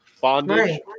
bondage